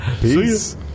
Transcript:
Peace